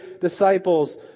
disciples